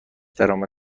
درآمد